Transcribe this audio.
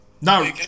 No